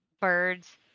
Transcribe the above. birds